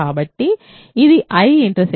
కాబట్టి ఇది I J